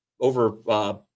over